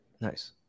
Nice